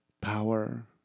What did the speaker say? power